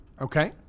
Okay